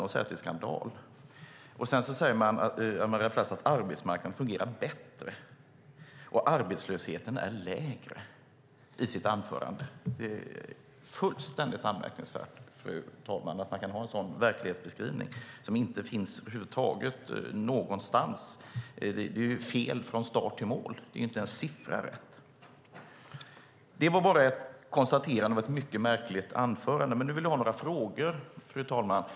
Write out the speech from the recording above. De säger att det är skandal. Sedan säger Maria Plass i sitt anförande att arbetsmarknaden fungerar bättre och att arbetslösheten är lägre. Det är fullständigt anmärkningsvärt, fru talman, att man kan ha en sådan verklighetsbeskrivning som inte finns över huvud taget någonstans. Det är fel från start till mål. Det är inte en siffra rätt. Det var bara ett konstaterande om ett mycket märkligt anförande, men nu vill jag ställa några frågor, fru talman.